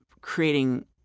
creating